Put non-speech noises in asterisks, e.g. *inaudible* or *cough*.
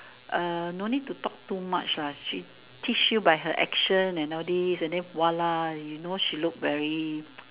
uh no need to talk too much lah she teach you by her action and all these and then voila you know she look very *noise*